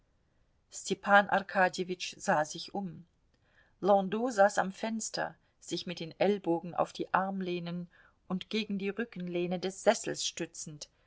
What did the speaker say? arkadjewitsch sah sich um landau saß am fenster sich mit den ellbogen auf die armlehnen und gegen die rückenlehne des sessels stützend